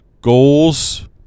goals